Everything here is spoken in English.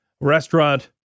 restaurant